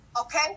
Okay